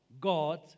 God